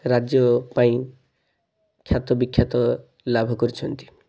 ରାଜ୍ୟ ପାଇଁ ଖ୍ୟାତ ବିଖ୍ୟାତ ଲାଭ କରିଛନ୍ତି